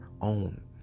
own